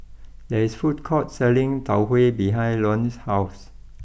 there is a food court selling Tau Huay behind Luann's house